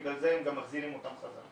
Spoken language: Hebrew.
בגלל זה הם גם מחזירים אותם חזרה.